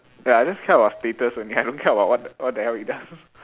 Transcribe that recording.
ya I just care about status only I don't care about what what the hell it does